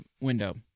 window